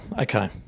Okay